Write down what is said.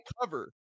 cover